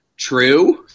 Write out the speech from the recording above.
True